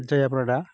जाया प्रादा